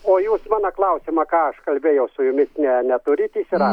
o jūs mano klausimo ką aš kalbėjau su jumis ne neturit įsira